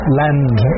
land